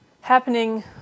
happening